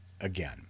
again